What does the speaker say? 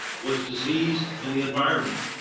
was disease and the environment.